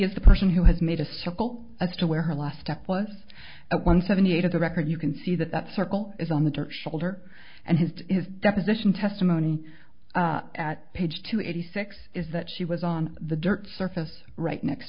is the person who has made a circle as to where the last step was one seventy eight of the record you can see that that circle is on the dirt shoulder and his deposition testimony at page two eighty six is that she was on the dirt surface right next